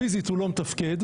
פיזית הוא לא מתפקד,